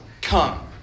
come